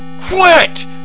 Quit